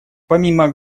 помимо